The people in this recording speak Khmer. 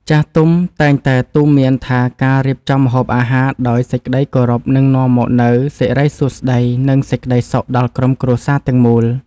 ចាស់ទុំតែងតែទូន្មានថាការរៀបចំម្ហូបអាហារដោយសេចក្តីគោរពនឹងនាំមកនូវសិរីសួស្តី និងសេចក្តីសុខដល់ក្រុមគ្រួសារទាំងមូល។